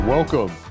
Welcome